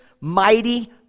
mighty